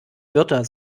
wörter